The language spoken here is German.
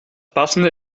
passende